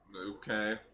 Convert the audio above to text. Okay